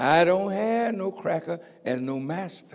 i don't have no cracker and no mas